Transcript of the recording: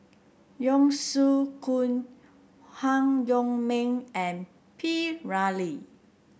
Yong Shu Hoong Han Yong May and P Ramlee